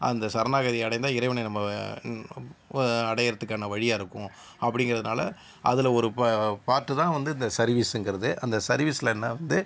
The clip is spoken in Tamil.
அந்த சரணாகதி அடைந்தால் இறைவனை நம்ம அடைகிறதுக்கான வழியாக இருக்கும் அப்படிங்கிறதுனால அதில் ஒரு பா பார்ட்டு தான் வந்து இந்த சர்வீஸுங்கிறது அந்த சர்வீஸ்ல நான் வந்து